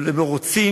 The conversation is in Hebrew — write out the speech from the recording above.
הם לא רוצים,